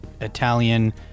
Italian